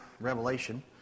Revelation